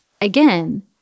again